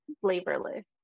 flavorless